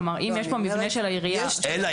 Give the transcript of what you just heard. כלומר אם יש פה מבנה של העירייה --- אלא